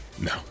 No